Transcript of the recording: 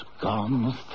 gone